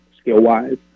skill-wise